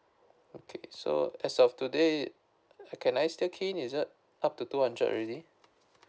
okay so as of today can I still key in is that up to two hundred already